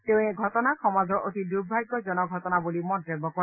তেওঁ এই ঘটনাক সমাজৰ অতি দুৰ্ভাগ্যজনক ঘটনা বুলি মন্তব্য কৰে